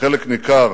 חלק ניכר